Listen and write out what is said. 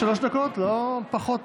שלוש דקות, לא פחות.